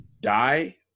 die